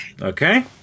okay